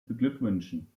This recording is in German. beglückwünschen